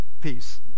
Peace